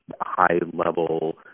high-level